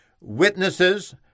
witnesses